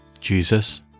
Jesus